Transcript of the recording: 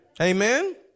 Amen